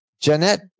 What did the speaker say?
Jeanette